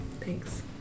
Thanks